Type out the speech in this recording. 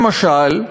למשל,